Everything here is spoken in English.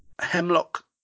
hemlock